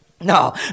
No